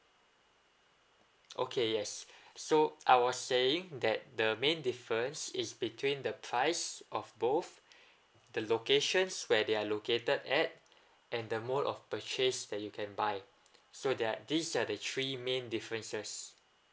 okay yes so I was saying that the main difference is between the price of both the locations where they're located at and the mode of purchase that you can buy so they're these are the three main differences